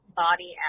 body